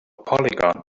polygon